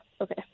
Okay